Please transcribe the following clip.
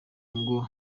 ngo